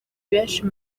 benshi